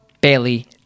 Bailey